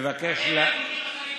אני מבקש לאפשר,